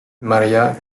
maría